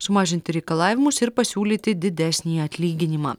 sumažinti reikalavimus ir pasiūlyti didesnį atlyginimą